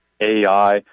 AI